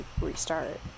restart